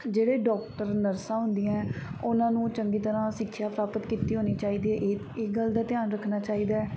ਜਿਹੜੇ ਡੋਕਟਰ ਨਰਸਾਂ ਹੁੰਦੀਆਂ ਉਹਨਾਂ ਨੂੰ ਚੰਗੀ ਤਰ੍ਹਾਂ ਸਿੱਖਿਆ ਪ੍ਰਾਪਤ ਕੀਤੀ ਹੋਣੀ ਚਾਹੀਦੀ ਹੈ ਇਹ ਇਹ ਗੱਲ ਦਾ ਧਿਆਨ ਰੱਖਣਾ ਚਾਹੀਦਾ